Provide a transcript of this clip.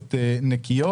אנרגיות נקיות.